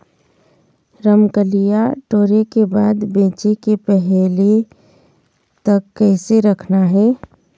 रमकलिया टोरे के बाद बेंचे के पहले तक कइसे रखना हे?